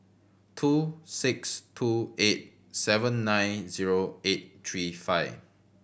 two six two eight seven nine zero eight three five